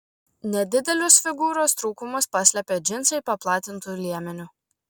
nedidelius figūros trūkumus paslepia džinsai paplatintu liemeniu